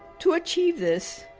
to achieve this,